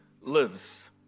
lives